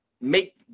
make